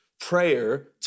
prayer